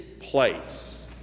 place